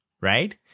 Right